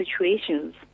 situations